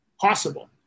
possible